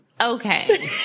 Okay